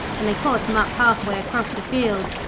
and they caught him up half-way across the field.